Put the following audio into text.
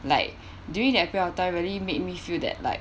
like during that period of time really made me feel that like